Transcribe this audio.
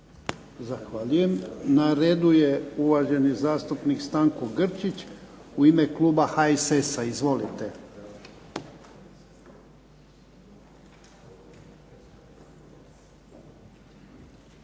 Zahvaljujem. Na redu je uvaženi zastupnik Stanko Grčić u ime kluba HSS-a. Izvolite.